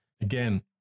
Again